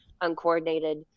uncoordinated